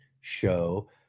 show